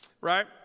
right